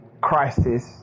crisis